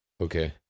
Okay